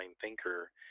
thinker